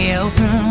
open